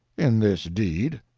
in this deed.